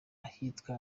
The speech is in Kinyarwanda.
ahitwa